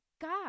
God